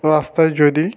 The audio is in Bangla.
রাস্তায় যদি